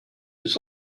ist